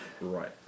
right